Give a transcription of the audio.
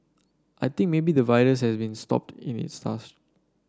I think maybe the virus has been stopped in its tracks